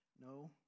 No